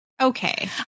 okay